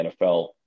NFL